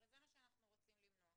הרי זה מה שאנחנו רוצים למנוע.